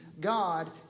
God